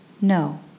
No